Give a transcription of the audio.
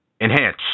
Enhance